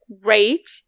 great